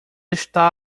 está